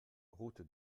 route